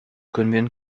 können